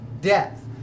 death